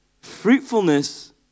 Fruitfulness